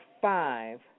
five